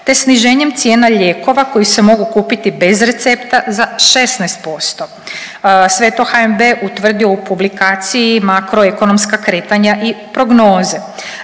te sniženjem cijena lijekova koji se mogu kupiti bez recepta za 16%. Sve je to HNB utvrdio u publikaciji Makroekonomska kretanja i prognoze.